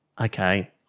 okay